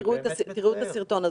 תראו את הסרטון הזה.